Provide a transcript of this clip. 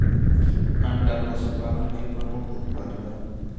अंडा पशुपालन के प्रमुख उत्पाद बा